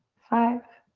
five,